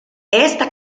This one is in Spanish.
esta